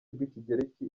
rw’ikigereki